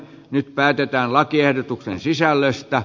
nyt päätetään lakiehdotuksen sisällöstä